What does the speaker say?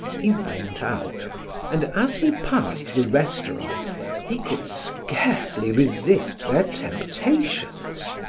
he went out and as he passed the restaurants he could scarcely resist their temptations.